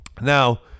Now